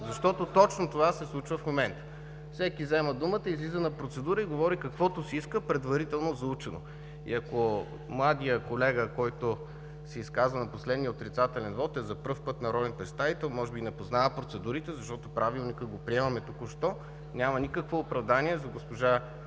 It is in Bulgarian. Защото точно това се случва в момента. Всеки взема думата, излиза на процедура и говори каквото си иска, предварително заучено. И ако младият колега, който се изказа на последния отрицателен вот, е за първи път народен представител, може би не познава процедурите, защото Правилника го приемаме току-що, няма никакво оправдание за госпожа